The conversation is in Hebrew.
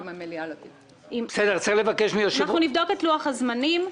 אנחנו נבדוק את לוח הזמנים,